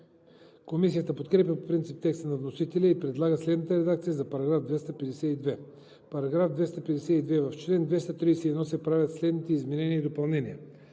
Комисията подкрепя по принцип текста на вносителя и предлага следната редакция за § 252: „§ 252. В чл. 231 се правят следните изменения и допълнения: